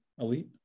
Elite